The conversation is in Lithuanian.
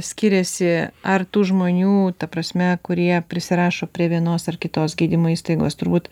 skiriasi ar tų žmonių ta prasme kurie prisirašo prie vienos ar kitos gydymo įstaigos turbūt